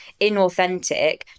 inauthentic